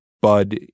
bud